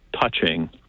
touching